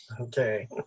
okay